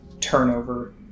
turnover